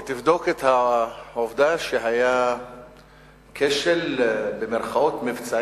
היא תבדוק את העובדה שהיה כשל "מבצעי",